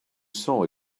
saw